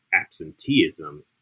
absenteeism